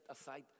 aside